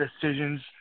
decisions